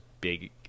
big